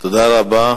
תודה רבה.